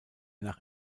nach